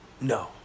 No